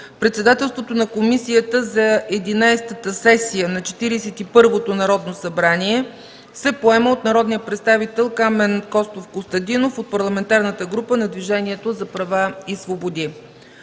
председателството на Комисията за Единадесетата сесия на Четиридесет и първото Народно събрание се поема от народния представител Камен Костов Костадинов от Парламентарната група на Движението за права и свободи.